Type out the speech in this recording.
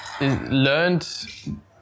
learned